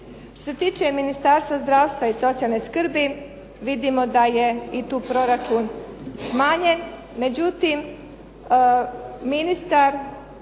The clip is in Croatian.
Što se tiče Ministarstva zdravstva i socijalne skrbi vidimo da je i tu proračun smanjen. Međutim, ministar